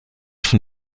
von